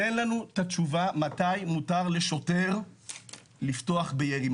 תן לנו תשובה מתי מותר לשוטר לפתוח בירי,